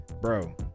Bro